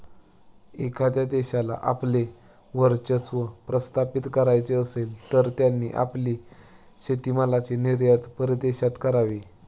एखाद्या देशाला आपले वर्चस्व प्रस्थापित करायचे असेल, तर त्यांनी आपली शेतीमालाची निर्यात परदेशात करावी